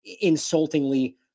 insultingly